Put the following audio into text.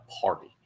party